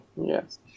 Yes